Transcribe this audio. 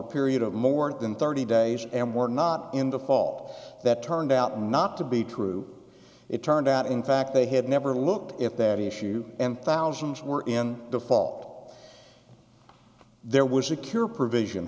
a period of more than thirty days and were not in the fall that turned out not to be true it turned out in fact they had never looked if their issue and thousands were in default there was a cure provision